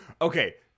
okay